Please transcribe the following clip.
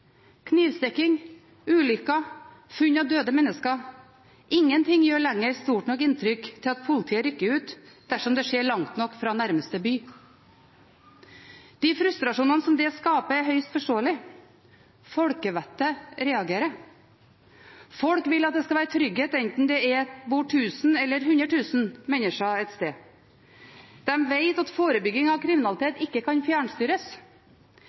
Knivstikking, ulykker, funn av døde mennesker – ingenting gjør lenger stort nok inntrykk til at politiet rykker ut dersom det skjer langt nok fra nærmeste by. De frustrasjonene som det skaper, er høyst forståelige. Folkevettet reagerer. Folk vil at det skal være trygghet, enten det bor 1 000 eller 100 000 mennesker et sted. De vet at forebygging av kriminalitet ikke kan fjernstyres.